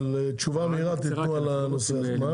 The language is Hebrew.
אבל תשובה מהירה תנו על הנושא הזה.